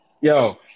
Yo